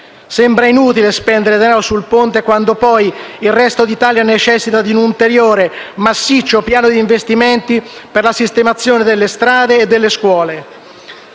Sembra inutile spendere denaro sul ponte quando poi il resto d'Italia necessita di un ulteriore massiccio piano di investimenti per la sistemazione delle strade e delle scuole.